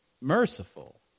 merciful